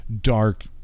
Dark